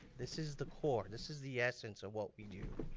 this is the core, this is the essence of what we do.